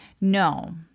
No